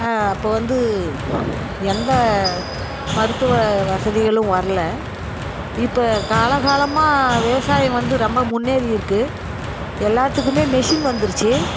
அப்போது வந்து எந்த மருத்துவ வசதிகளும் வரலை இப்போது கால காலமாக விவசாயம் வந்து ரொம்ப முன்னேறியிருக்கு எல்லாத்துக்குமே மிஷின் வந்துருச்சு